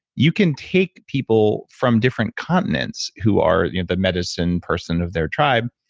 you can take people from different continents who are the medicine person of their tribe,